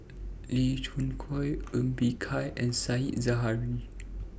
Lee Khoon Choy Ng Bee Kia and Said Zahari